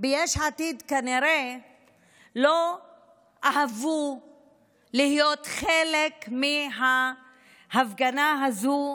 ביש עתיד כנראה לא אהבו להיות חלק מההפגנה הזו,